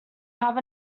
have